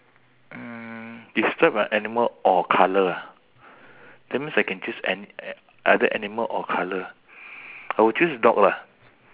mm describe a animal or colour that means I can choose ani~ either animal or colour I will choose dog lah